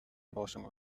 forschung